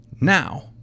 now